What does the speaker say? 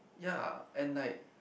ya and like